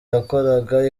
yakoraga